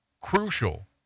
Crucial